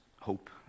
hope